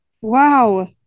wow